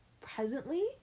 presently